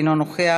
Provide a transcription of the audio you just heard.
אינו נוכח,